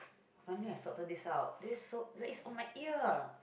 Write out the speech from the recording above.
finally i sorted this out this is so that is on my ear